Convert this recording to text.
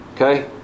Okay